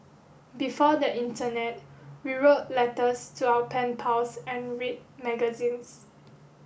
before the internet we wrote letters to our pen pals and read magazines